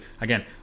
again